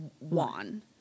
Juan